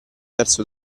verso